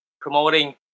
promoting